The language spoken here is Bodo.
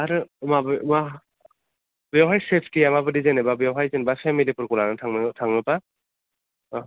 आरो माबे मा बेवहाय सेफ्टिआ माबायदि जेन'बा बेवहाय जेनेबा फेमिलिफोरखौ लानानै थाङोबा